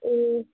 ए